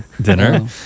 dinner